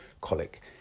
colic